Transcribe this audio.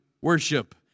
worship